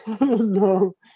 No